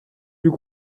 plus